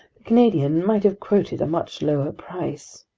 the canadian might have quoted a much lower price.